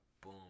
boom